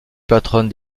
patronne